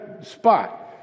spot